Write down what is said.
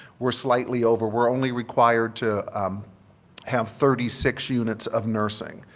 we're slightly over. we're only required to um have thirty six units of nursing,